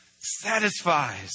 satisfies